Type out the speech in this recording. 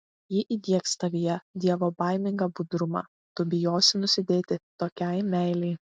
ji įdiegs tavyje dievobaimingą budrumą tu bijosi nusidėti tokiai meilei